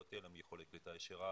לא תהיה להם יכולת קליטה ישירה,